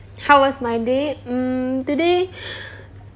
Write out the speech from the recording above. how was my day mm today